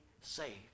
saved